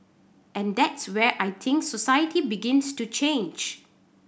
and that's where I think society begins to change